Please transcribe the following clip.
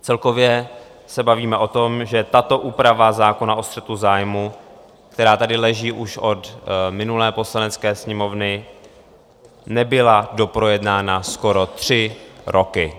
Celkově se bavíme o tom, že tato úprava zákona o střetu zájmů, která tady leží už od minulé Poslanecké sněmovny, nebyla doprojednána skoro tři roky.